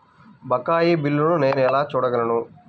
బకాయి బిల్లును నేను ఎలా చూడగలను?